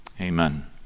Amen